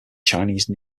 chinese